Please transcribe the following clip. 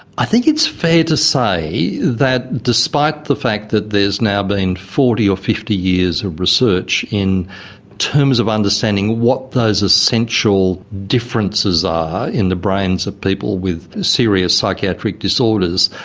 i think it's fair to say that despite the fact that there has now been forty or fifty years of research in terms of understanding what those essential differences are in the brains of people with serious psychiatric disorders,